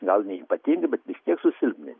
gal neypatingai bet vis tiek susilpni